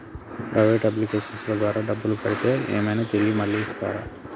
Private అప్లికేషన్ల ద్వారా డబ్బులు కడితే ఏమైనా తిరిగి మళ్ళీ ఇస్తరా?